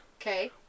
Okay